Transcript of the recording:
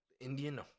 Indian